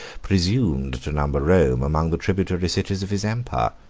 presumed to number rome among the tributary cities of his empire.